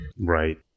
Right